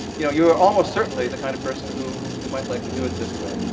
you know you are almost certainly the kind of person who who might like to do it this way.